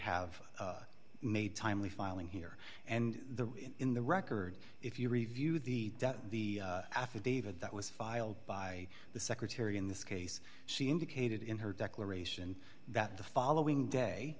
have made timely filing here and the in the record if you review the the affidavit that was filed by the secretary in this case she indicated in her declaration that the following day